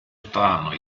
strano